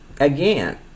again